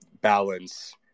balance